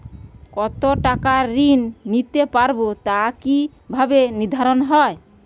কতো টাকা ঋণ নিতে পারবো তা কি ভাবে নির্ধারণ হয়?